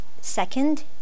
Second